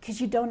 because you don't